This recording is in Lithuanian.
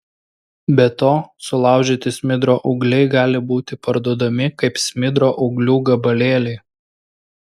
be to sulaužyti smidro ūgliai gali būti parduodami kaip smidro ūglių gabalėliai